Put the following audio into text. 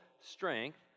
strength